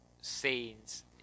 scenes